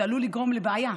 זה עלול לגרום לבעיה,